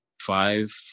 five